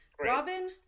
robin